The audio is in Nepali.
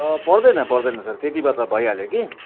त पर्दैन पर्दैन सर त्यति भए त भइहाल्यो कि